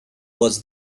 was